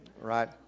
right